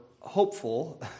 hopeful